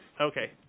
Okay